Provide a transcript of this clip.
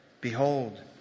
Behold